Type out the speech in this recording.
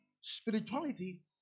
spirituality